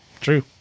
True